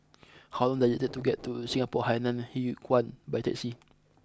how long does it take to get to Singapore Hainan Hwee Kuan by taxi